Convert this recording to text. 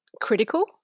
critical